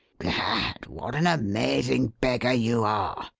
gad, what an amazing beggar you are!